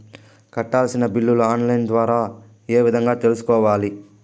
కట్టాల్సిన బిల్లులు online ద్వారా ఏ విధంగా తెలుసుకోవాలి?